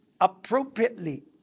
appropriately